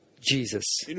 Jesus